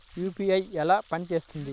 UPI ఎలా పనిచేస్తుంది?